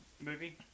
movie